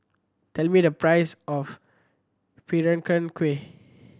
tell me the price of Peranakan Kueh